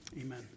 Amen